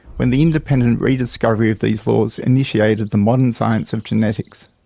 when the independent rediscovery of these laws initiated the modern science of genetics.